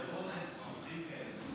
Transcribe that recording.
זחוחים כאלה.